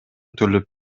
төлөп